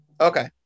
Okay